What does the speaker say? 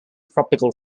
tropical